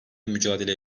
mücadele